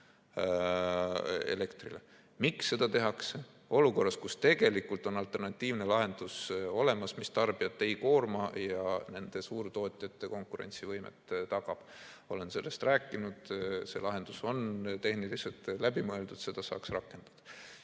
Miks seda tehakse olukorras, kus tegelikult on olemas alternatiivne lahendus, mis tarbijat ei koorma ja tagab ka suurtootjate konkurentsivõime? Olen sellest rääkinud, see lahendus on tehniliselt läbi mõeldud, seda saaks rakendada.